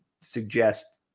suggest